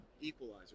equalizer